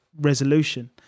resolution